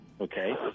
okay